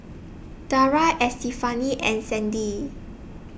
Daria Estefani and Sandy